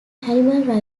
animal